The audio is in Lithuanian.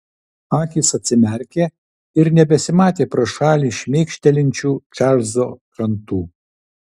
akys atsimerkė ir nebesimatė pro šalį šmėkštelinčių čarlzo krantų